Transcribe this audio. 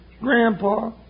Grandpa